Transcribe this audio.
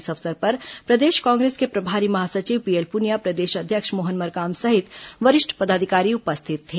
इस अवसर पर प्रदेश कांग्रेस के प्रभारी महासचिव पीएल पुनिया प्रदेश अध्यक्ष मोहन मरकाम सहित वरिष्ठ पदाधिकारी उपस्थित थे